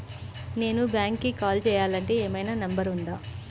నేను బ్యాంక్కి కాల్ చేయాలంటే ఏమయినా నంబర్ ఉందా?